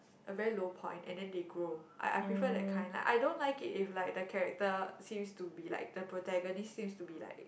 a very low point and then they grow I I prefer that kind like I don't like it if like character seems to be like the protagonist seems to be like